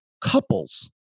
couples